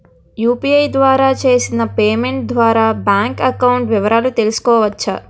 UPI ద్వారా చేసిన payment ద్వారా బ్యాంక్ అకౌంట్ వివరాలు తెలుసుకోవచ్చ?